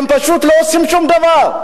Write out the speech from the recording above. הם פשוט לא עושים שום דבר.